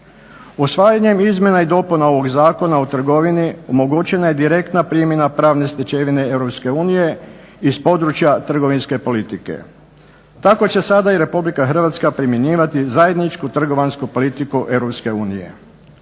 Usvajanjem izmjena i dopuna ovoga Zakona o trgovini omogućena je direktna primjena pravne stečevine Europske unije iz područja trgovinske politike. Tako će sada i Republika Hrvatska primjenjivati zajedničku trgovinsku politiku